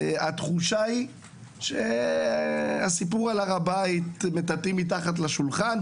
התחושה היא שאת הסיפור על הר הבית מטאטאים מתחת לשולחן,